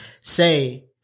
say